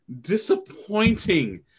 disappointing